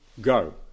go